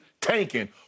tanking